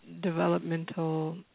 developmental